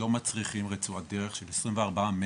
"..לא מצריכים רצועת דרך של 24 מטר.."